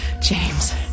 James